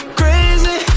crazy